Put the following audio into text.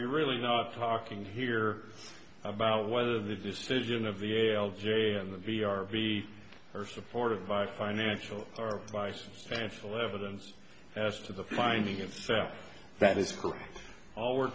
you're really not talking here about whether the decision of the a l j and the v r v are supported by financial or by substantial evidence as to the finding itself that is